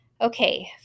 Okay